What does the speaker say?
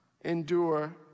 endure